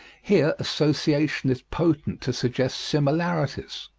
here association is potent to suggest similarities.